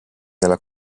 nella